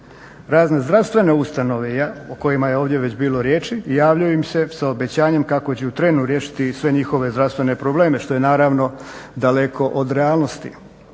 Razne zdravstvene ustanove o kojima je ovdje već bilo riječi javljaju im se sa obećanjem kako će u trenu riješiti sve njihove zdravstvene probleme što je naravno daleko od realnosti.